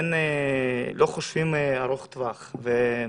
לא חושבים לטווח ארוך.